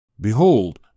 Behold